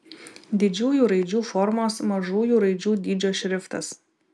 didžiųjų raidžių formos mažųjų raidžių dydžio šriftas